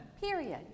Period